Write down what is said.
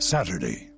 Saturday